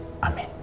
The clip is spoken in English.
Amen